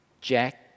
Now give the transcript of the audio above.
Jack